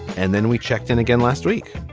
and then we checked in again last week.